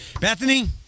Bethany